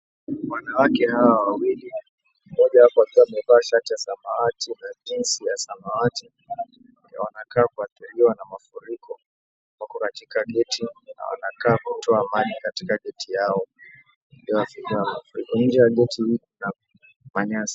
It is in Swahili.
Wanawake hawa wawili mojawapo akiwa amevaa shati ya samawati na jinzi ya samawati wanakaa kuathirwa na mafuriko wako katika geti na wanakaa kutoa maji katika geti yaoiliyoathiriwa na mafuriko. Nje ya geti hii kuna manyasi.